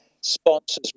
Sponsors